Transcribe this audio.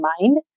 mind